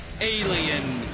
alien